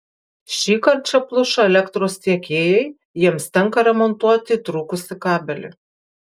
šįkart čia pluša elektros tiekėjai jiems tenka remontuoti trūkusį kabelį